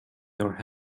your